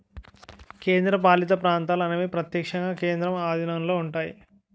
కేంద్రపాలిత ప్రాంతాలు అనేవి ప్రత్యక్షంగా కేంద్రం ఆధీనంలో ఉంటాయి